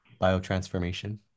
biotransformation